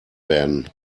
werden